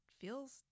feels